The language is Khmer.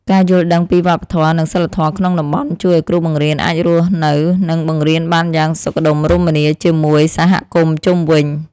ការយល់ដឹងពីវប្បធម៌និងសីលធម៌ក្នុងតំបន់ជួយឱ្យគ្រូបង្រៀនអាចរស់នៅនិងបង្រៀនបានយ៉ាងសុខដុមរមនាជាមួយសហគមន៍ជុំវិញ។